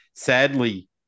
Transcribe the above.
sadly